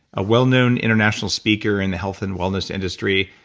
a well-known international speaker in the health and wellness industry,